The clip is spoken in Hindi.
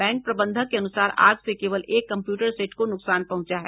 बैंक प्रबंधक के अनुसार आग से केवल एक कम्पुटर सेट को नुकसान पंहुचा है